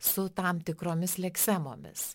su tam tikromis leksemomis